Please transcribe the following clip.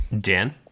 Dan